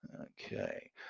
Okay